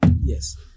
yes